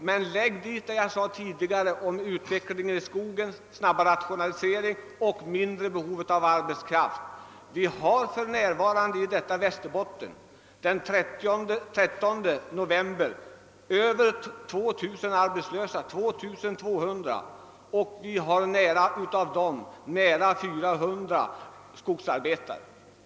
Men i anslutning till vad jag sade tidigare om utvecklingen i skogen, snabbare rationalisering och mindre behov av arbetskraft vill jag nämna att i Västerbotten fanns den 13 november 2200 arbetslösa, och av dem var nära 400 skogsarbetare.